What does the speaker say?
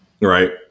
Right